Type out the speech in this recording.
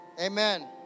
Amen